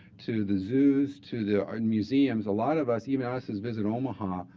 to the zoos, to the and museums, a lot of us, even us as visit omaha,